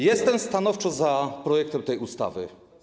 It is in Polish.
Jestem stanowczo za projektem tej ustawy.